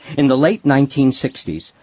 in the late nineteen sixty s,